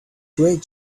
great